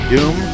Doom